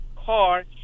Car